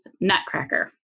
nutcracker